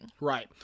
right